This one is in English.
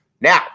Now